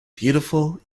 beautiful